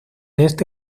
este